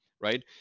right